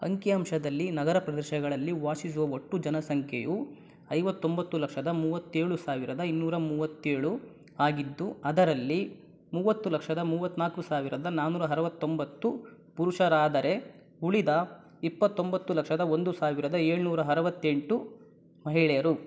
ಅಂಕಿಅಂಶದಲ್ಲಿ ನಗರ ಪ್ರದೇಶಗಳಲ್ಲಿ ವಾಸಿಸುವ ಒಟ್ಟು ಜನಸಂಖ್ಯೆಯು ಐವತ್ತೊಂಬತ್ತು ಲಕ್ಷದ ಮೂವತ್ತೇಳು ಸಾವಿರದ ಇನ್ನೂರ ಮೂವತ್ತೇಳು ಆಗಿದ್ದು ಅದರಲ್ಲಿ ಮೂವತ್ತು ಲಕ್ಷದ ಮೂವತ್ತನಾಲ್ಕು ಸಾವಿರದ ನಾನ್ನೂರ ಅರುವತ್ತೊಂಬತ್ತು ಪುರುಷರಾದರೆ ಉಳಿದ ಇಪ್ಪತ್ತೊಂಬತ್ತು ಲಕ್ಷದ ಒಂದು ಸಾವಿರದ ಏಳ್ನೂರ ಅರುವತ್ತೆಂಟು ಮಹಿಳೆಯರು